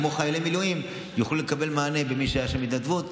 כמו חיילי מילואים: מי שהיו שם בהתנדבות,